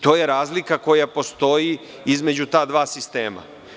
To je razlika koja postoji između ta dva sistema.